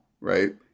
right